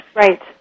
right